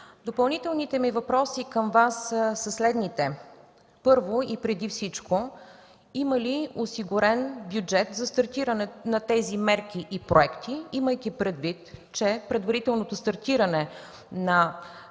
Допълнителните ми въпроси към Вас са следните: Първо и преди всичко, има ли осигурен бюджет за стартиране на тези мерки и проекти, имайки предвид, че предварителното стартиране на проекти